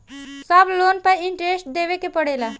सब लोन पर इन्टरेस्ट देवे के पड़ेला?